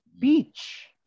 beach